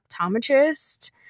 optometrist